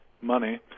money